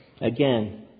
Again